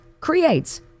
creates